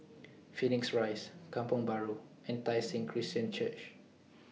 Phoenix Rise Kampong Bahru and Tai Seng Christian Church